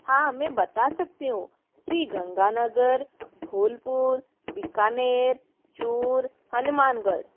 हाँ मैं बता सकती हूँ श्री गंगा नगर धौलपुर बीकानेर चूर हनुमानगढ़